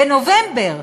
בנובמבר,